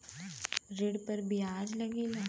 ऋण पर बियाज लगेला